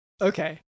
Okay